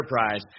enterprise